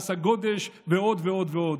מס הגודש ועוד ועוד ועוד.